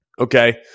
Okay